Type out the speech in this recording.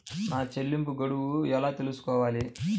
నా చెల్లింపు గడువు ఎలా తెలుసుకోవాలి?